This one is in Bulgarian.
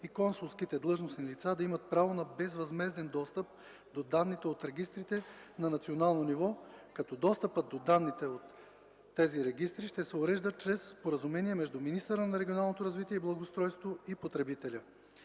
и консулските длъжностни лица да имат право на безвъзмезден достъп до данните от регистрите на национално ниво, като достъпът до данните от регистрите ще се урежда чрез споразумение между министъра на регионалното развитие и благоустройството и потребителя.